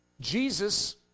Jesus